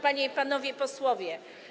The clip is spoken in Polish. Panie i Panowie Posłowie!